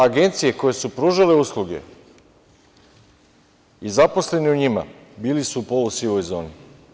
Agencije koje su pružale usluge i zaposleni u njima bili su u polusivoj zoni.